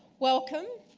welcome.